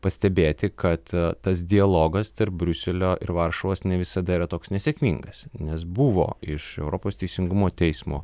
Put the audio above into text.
pastebėti kad tas dialogas tarp briuselio ir varšuvos ne visada yra toks nesėkmingas nes buvo iš europos teisingumo teismo